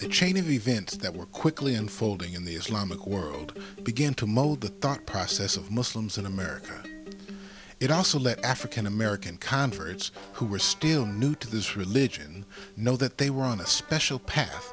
the chain of events that were quickly unfolding in the islamic world begin to mold the thought process of muslims in america and it also let african american converts who were still new to this religion know that they were on a special pa